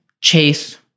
Chase